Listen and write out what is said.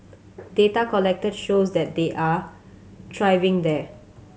data collected shows that they are thriving there